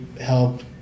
help